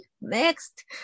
next